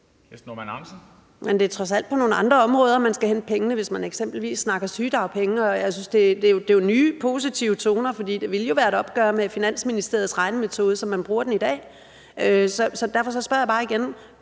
Det er trods alt på nogle andre områder, at man skal hente pengene, hvis man eksempelvis snakker sygedagpenge. Jeg synes, at det er nye positive toner, fordi det jo ville være et opgør med Finansministeriets regnemetode, sådan som man bruger den i dag. Så derfor spørger jeg bare igen: